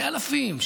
באלפים,